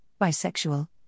bisexual